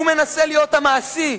הוא מנסה להיות המעשי.